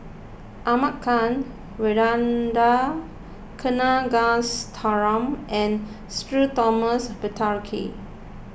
Ahmad Khan Ragunathar Kanagasuntheram and Sudhir Thomas Vadaketh